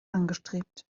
angestrebt